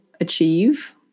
achieve